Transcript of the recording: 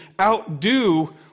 outdo